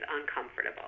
uncomfortable